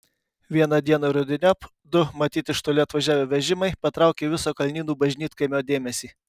vieną dieną rudeniop du matyt iš toli atvažiavę vežimai patraukė viso kalnynų bažnytkaimio dėmesį